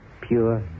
pure